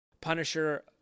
punisher